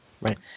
Right